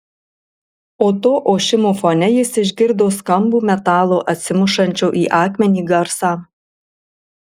o to ošimo fone jis išgirdo skambų metalo atsimušančio į akmenį garsą